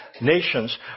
nations